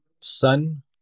Sun